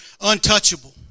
untouchable